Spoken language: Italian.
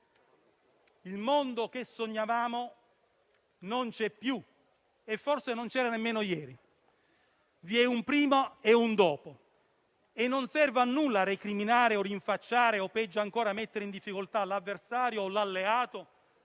Il mondo che sognavamo non c'è più e forse non c'era nemmeno ieri; vi è un prima e un dopo, e non serve a nulla recriminare o rinfacciare, o peggio ancora mettere in difficoltà l'avversario o l'alleato